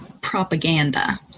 propaganda